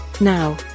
Now